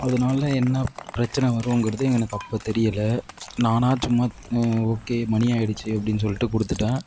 அதனால என்ன பிரச்சனை வருங்கிறது எனக்கு அப்போ தெரியலை நானாக சும்மா ஓகே மணி ஆகிடுச்சி அப்படின் சொல்லிட்டு கொடுத்துட்டேன்